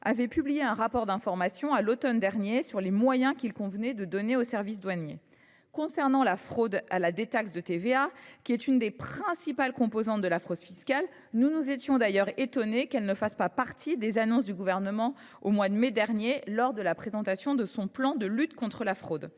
ont publié un rapport d’information à l’automne dernier sur les moyens qu’il convenait de donner aux services douaniers. S’agissant de la fraude à la détaxe de TVA, qui est l’une des principales composantes de la fraude fiscale, nous nous étions étonnés qu’elle ne fasse pas partie des annonces du Gouvernement au mois de mai dernier, lors de la présentation de son plan de lutte contre la fraude.